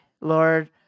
Lord